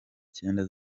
cyenda